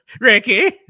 Ricky